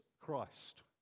Christ